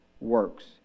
works